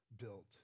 built